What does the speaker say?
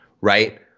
right